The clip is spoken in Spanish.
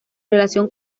relación